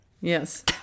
Yes